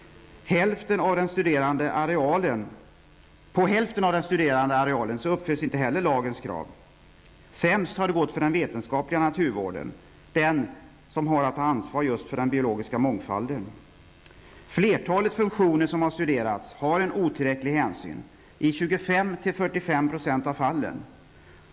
På hälften av den studerade arealen uppfylls inte heller lagens krav. Sämst har det gått för den vetenskapliga naturvården, den som har att ta ansvar just för den biologiska mångfalden. För flertalet funktioner som har studerats har det tagits otillräcklig hänsyn, dvs. i 25--45 % av fallen.